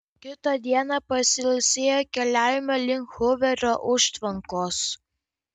kitą dieną pasiilsėję keliaujame link huverio užtvankos